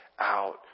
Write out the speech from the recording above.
out